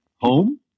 Home